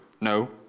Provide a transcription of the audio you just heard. no